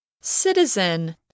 Citizen